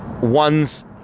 ones